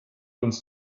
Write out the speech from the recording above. uns